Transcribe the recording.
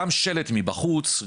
גם שלט מבחוץ,